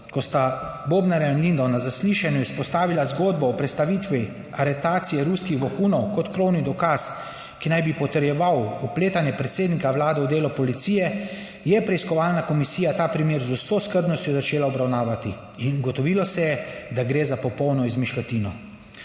Ko sta Bobnarja in Lindav na zaslišanju izpostavila zgodbo o prestavitvi aretacije ruskih vohunov kot krovni dokaz, ki naj bi potrjeval vpletanje predsednika Vlade v delo policije, je preiskovalna komisija ta primer z vso skrbnostjo začela obravnavati in ugotovilo se je, da gre za popolno izmišljotino.